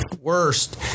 worst